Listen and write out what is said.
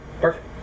perfect